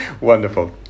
wonderful